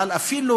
אבל אפילו